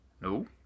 No